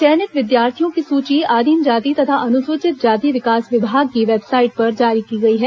चयनित विद्यार्थियों की सूची आदिमजाति तथा अनुसूचित जाति विकास विभाग की वेबसाइट पर जारी की गई है